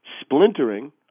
splintering